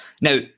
Now